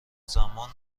زمان